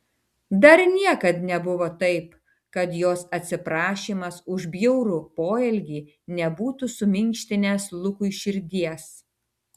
dar niekad nebuvo taip kad jos atsiprašymas už bjaurų poelgį nebūtų suminkštinęs lukui širdies